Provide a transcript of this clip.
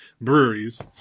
breweries